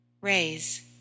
raise